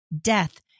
death